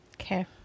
Okay